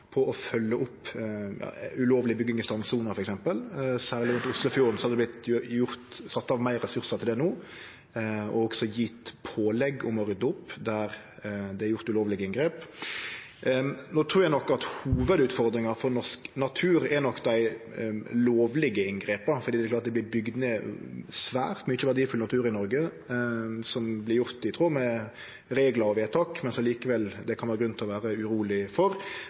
på å følgje opp ulovleg bygging i strandsona f.eks. Særleg rundt Oslofjorden har ein no sett av meir ressursar til det og også gjeve pålegg om å rydde opp der det er gjort ulovlege inngrep. No trur eg nok at hovudutfordringa for norsk natur er dei lovlege inngrepa, for det er klart det vert bygd ned svært mykje verdifull natur i Noreg som vert gjort i tråd med reglar og vedtak, men som det likevel kan vere grunn til å vere uroleg for.